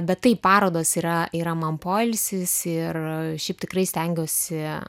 bet taip parodos yra yra man poilsis ir šiaip tikrai stengiuosi